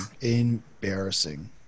Embarrassing